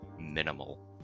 minimal